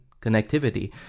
connectivity